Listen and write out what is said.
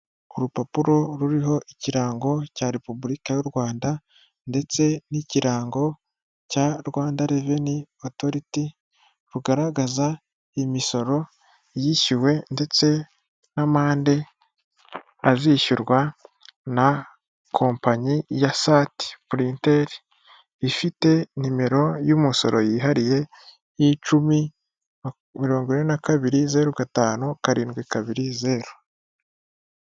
Urupapuro ruriho ikirango cya Repubulika y'u Rwanda ndetse n'ikirango cya Rwanda reveni otoriti, rugaragaza imisoro yishyuwe ndetse n'amande azishyurwa na kompanyi ya sati purinteri, ifite nimero y'umusoro yihariye y'icumi, mirongo ine na kabiri, zeru gatanu karindwi kabiri zeru.